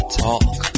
talk